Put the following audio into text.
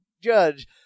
judge